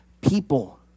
people